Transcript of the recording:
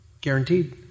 Guaranteed